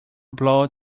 blow